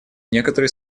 некоторые